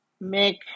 make